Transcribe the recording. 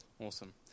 Awesome